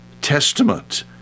Testament